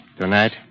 Tonight